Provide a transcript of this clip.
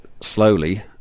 slowly